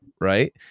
right